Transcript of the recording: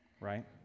Right